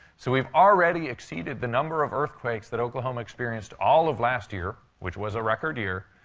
so we've already exceeded the number of earthquakes that oklahoma experienced all of last year, which was a record year,